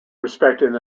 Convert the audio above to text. respected